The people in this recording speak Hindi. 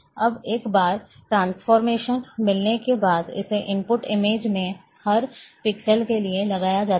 अब एक बार ट्रांसफॉर्मेशन मिलने के बाद इसे इनपुट इमेज में हर पिक्सेल के लिए लगाया जाता है